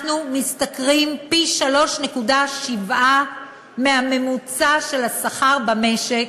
אנחנו משתכרים פי-3.7 מהממוצע של השכר במשק,